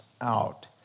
out